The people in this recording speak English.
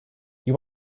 you